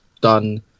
done